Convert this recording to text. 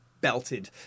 belted